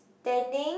standing